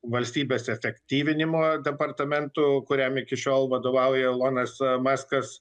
valstybės efektyvinimo departamentu kuriam iki šiol vadovauja elonas maskas